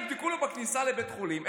יבדקו לו בכניסה לבית החולים.